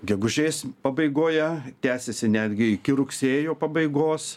gegužės pabaigoje tęsiasi netgi iki rugsėjo pabaigos